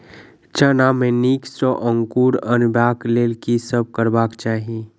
चना मे नीक सँ अंकुर अनेबाक लेल की सब करबाक चाहि?